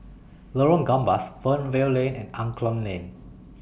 Lorong Gambas Fernvale Lane and Angklong Lane